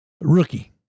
rookie